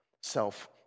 self